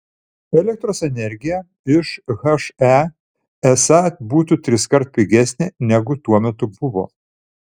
elektros energija iš he esą būtų triskart pigesnė negu tuo metu buvo